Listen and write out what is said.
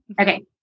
Okay